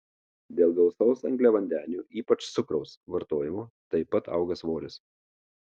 dėl gausaus angliavandenių ypač cukraus vartojimo taip pat auga svoris